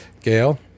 Gail